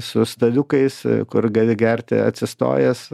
su staliukais kur gali gerti atsistojęs